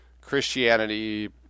Christianity